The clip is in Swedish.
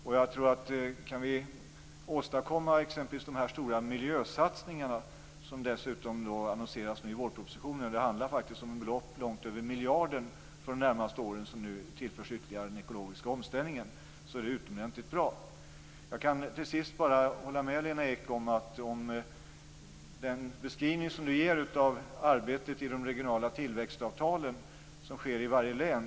Om vi exempelvis kan åstadkomma de stora miljösatsningar som nu annonseras i vårpropositionen - det handlar faktiskt om långt över en miljard som de närmaste åren tillförs ytterligare genom den ekologiska omställningen - är det utomordentligt bra. Jag kan till sist bara hålla med Lena Ek vad gäller de regionala beslutsgrupper som finns i varje län.